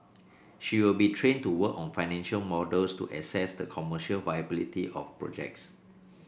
she will be trained to work on financial models to assess the commercial viability of projects